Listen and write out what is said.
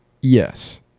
Yes